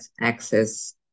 access